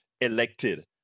elected